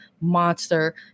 monster